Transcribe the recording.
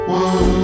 one